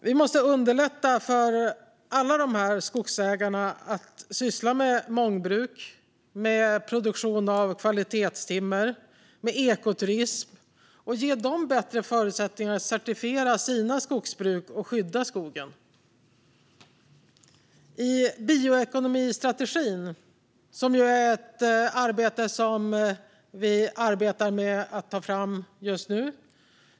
Vi måste underlätta för alla dessa skogsägare att syssla med mångbruk, med produktion av kvalitetstimmer och med ekoturism och ge dem bättre förutsättningar att certifiera sina skogsbruk och skydda skogen. Bioekonomistrategin är något som vi arbetar med att ta fram just nu.